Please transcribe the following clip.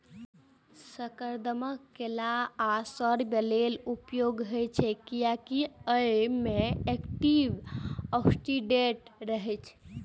शकरकंद केश आ सौंदर्य लेल उपयोगी होइ छै, कियैकि अय मे एंटी ऑक्सीडेंट रहै छै